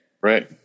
Right